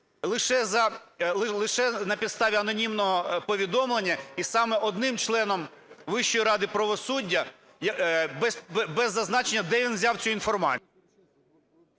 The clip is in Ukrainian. лише на підставі анонімного повідомлення і саме одним членом Вищої ради правосуддя без зазначення, де він взяв цю інформацію.